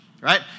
Right